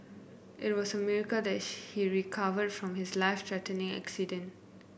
it was a miracle that he recovered from his life threatening accident